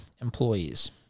employees